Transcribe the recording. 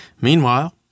Meanwhile